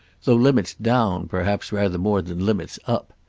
though limits down perhaps rather more than limits up.